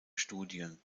studien